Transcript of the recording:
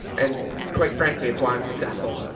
and quite frankly, it's why i'm successful.